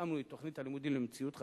התאמנו את תוכנית הלימודים למציאות חדשה,